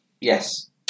Yes